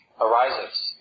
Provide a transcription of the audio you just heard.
arises